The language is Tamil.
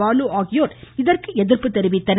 பாலு ஆகியோர் இதற்கு எதிர்ப்பு தெரிவித்தனர்